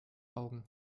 augen